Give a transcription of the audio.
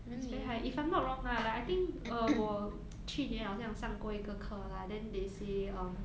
it's very high if I'm not wrong lah like I think uh 我去年好像上过一个课 lah then they say um